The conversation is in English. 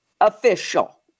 Official